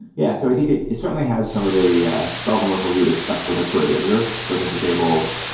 yeah. so i think it it certainly has some of the bells and whistles you would expect with a query editor, searching for tables,